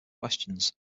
questions